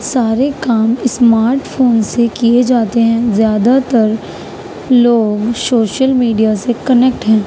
سارے کام smart phone سے کیے جاتے ہیں زیادہ تر لوگ شوشل میڈیا سے کنکٹ ہیں